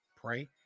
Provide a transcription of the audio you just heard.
pray